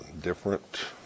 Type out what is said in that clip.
Different